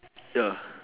ya